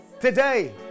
today